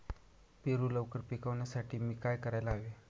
पेरू लवकर पिकवण्यासाठी मी काय करायला हवे?